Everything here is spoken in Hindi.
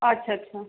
अच्छा अच्छा